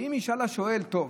ואם ישאל השואל: טוב,